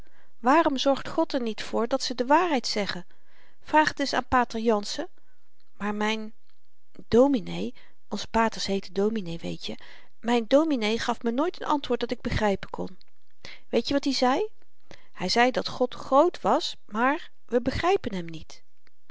waarom zorgt god er niet voor dat ze de waarheid zeggen vraag t eens aan pater jansen maar myn dominee onze paters heeten dominee weetje myn dominee gaf me nooit n antwoord dat ik begrypen kon weetje wat i zei hy zei dat god groot was maar we begrypen hem niet